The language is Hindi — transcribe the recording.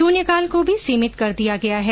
शून्यकाल को भी सीमित कर दिया गया है